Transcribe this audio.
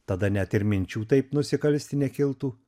tada net ir minčių taip nusikalsti nekiltų